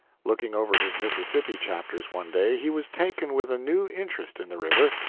looking over his mississippi chapters one day, he was taken with a new interest in the river,